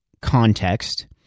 context